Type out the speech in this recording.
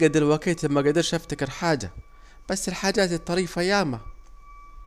دلوقيتي مجدرش افتكر حاجة، بس الحاجات الطريفة ياما